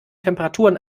temperaturen